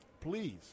please